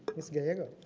ms. gallego.